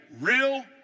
real